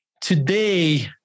Today